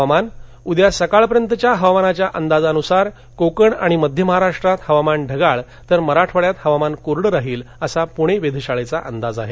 हवामानः उद्या सकाळपर्यंतच्या हवामानाच्या अंदाजानुसार कोकण आणि मध्य महाराष्ट्रात ढगाळ तर मराठवाड्यात कोरड हवामान राहील असा पुणे वेधशाळेचा अंदाज आहे